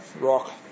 rock